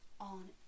on